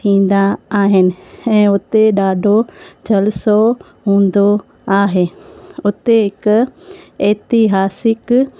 थींदा आहिनि ऐं उते ॾाढो जलसो हूंदो आहे हुते हिक ऐतिहासिक